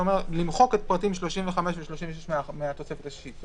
אתה אומר: למחוק את פרטים (35) ו-(36) מהתוספת השישית.